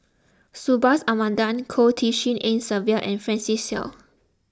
Subhas Anandan Goh Tshin En Sylvia and Francis Seow